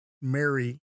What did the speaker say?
Mary